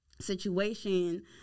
situation